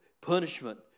Punishment